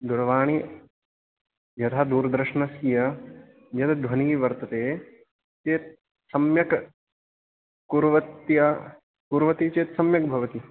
दूरवाणि यथा दूरदर्ष्णस्य यद् ध्वनिः वर्तते यत् सम्यक कुर्वत्य कुर्वति चेत् सम्यक् भवति